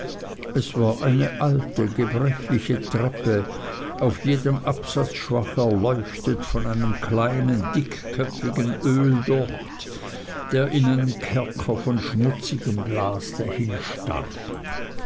es war eine alte gebrechliche treppe auf jedem absatz schwach erleuchtet von einem kleinen dickköpfigen oldocht der in einem kleinen kerker von schmutzigem glas